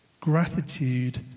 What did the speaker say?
Gratitude